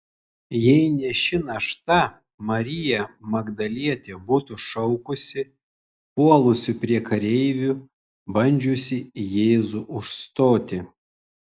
jei ne ši našta marija magdalietė būtų šaukusi puolusi prie kareivių bandžiusi jėzų užstoti